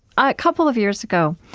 a couple of years ago,